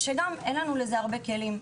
אבל גם לזה אין לנו כלים רבים.